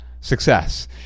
success